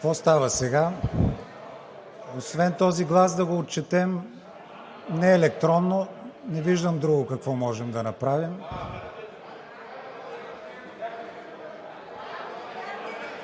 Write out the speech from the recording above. Какво става сега? Освен този глас да го отчетем неелектронно, не виждам друго какво можем да направим.